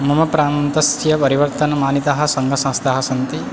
मम प्रान्तस्य परिवर्तनमानीताः सङ्घसंस्थाः सन्ति